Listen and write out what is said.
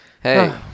hey